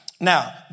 Now